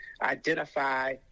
identify